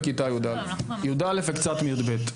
בכיתה י"א וקצת בי"ב,